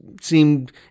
seemed